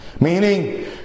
Meaning